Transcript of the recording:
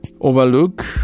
overlook